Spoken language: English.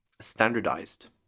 standardized